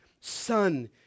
son